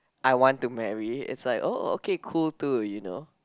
I want to marry it's like oh okay cool too you know